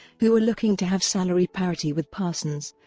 who were looking to have salary parity with parsons,